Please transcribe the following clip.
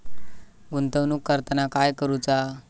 गुंतवणूक करताना काय करुचा?